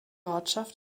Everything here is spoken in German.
ortschaft